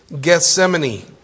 Gethsemane